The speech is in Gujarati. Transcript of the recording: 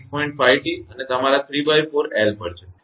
5T અને તમારા ¾𝑙 પર છે